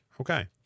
Okay